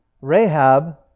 Rahab